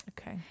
Okay